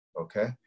okay